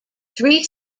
three